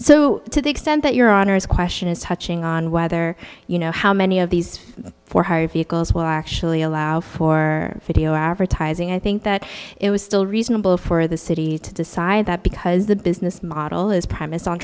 so to the extent that your honour's question is touching on whether you know how many of these for hire vehicles will actually allow for video advertising i think that it was still reasonable for the city to decide that because the business model is premised on